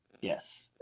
Yes